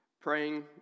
praying